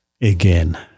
again